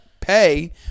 pay